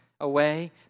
away